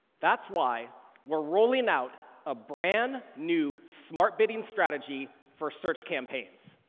that's why we're rolling out a brand new smart bidding strategy for search campaigns.